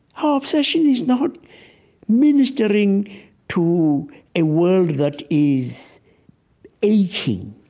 our obsession is not ministering to a world that is aching.